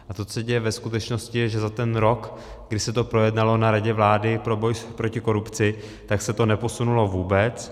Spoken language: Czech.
A co se děje ve skutečnosti, je, že za ten rok, kdy se to projednalo na Radě vlády pro boj proti korupci, se to neposunulo vůbec.